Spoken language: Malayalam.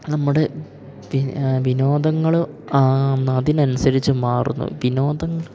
നമ്മുടെ വിനോദങ്ങൾ ആ അതിനനുസരിച്ച് മാറുന്നു വിനോദങ്ങൾ